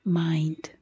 mind